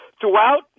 throughout